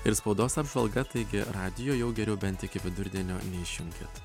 ir spaudos apžvalga taigi radijo jau geriau bent iki vidurdienio neišjunkit